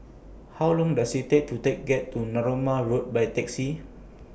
How Long Does IT Take to Take get to Narooma Road By Taxi